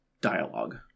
dialogue